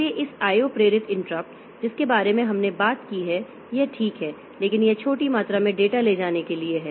इसलिए इस I O प्रेरित इंटरप्ट जिसके बारे में हमने बात की है यह ठीक है लेकिन यह छोटी मात्रा में डेटा ले जाने के लिए है